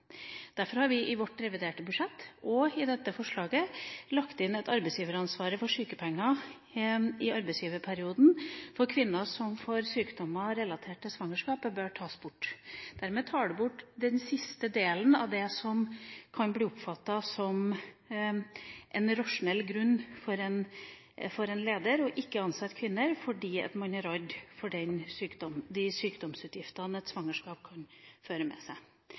Derfor har vi i vårt reviderte budsjett og i dette forslaget lagt inn at arbeidsgiveransvaret for sykepenger i arbeidsgiverperioden for kvinner som får sykdommer relatert til svangerskap, bør tas bort. Dermed tar vi bort den siste delen av det som av en leder kan bli oppfattet som en rasjonell grunn til ikke å ansette kvinner, fordi man er redd for de sykdomsutgiftene et svangerskap kan føre med seg.